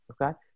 okay